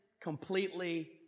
completely